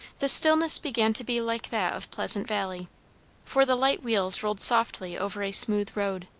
the stillness began to be like that of pleasant valley for the light wheels rolled softly over a smooth road.